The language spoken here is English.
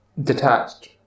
detached